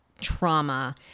trauma